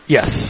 Yes